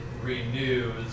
renews